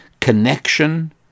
connection